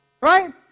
Right